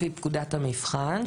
שזה לפי פקודת המבחן,